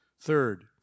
Third